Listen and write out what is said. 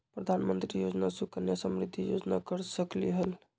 प्रधानमंत्री योजना सुकन्या समृद्धि योजना कर सकलीहल?